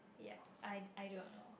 ya I I don't know